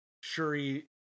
Shuri